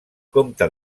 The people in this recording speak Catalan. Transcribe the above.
compte